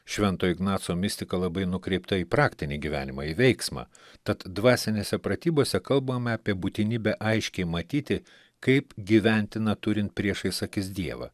švento ignaco mistika labai nukreipta į praktinį gyvenimą į veiksmą tad dvasinėse pratybose kalbame apie būtinybę aiškiai matyti kaip gyventi neturint priešais akis dievą